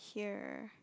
hear